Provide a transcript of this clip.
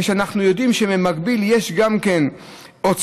ואנחנו יודעים שבמקביל יש גם כן הוצאות,